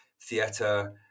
theatre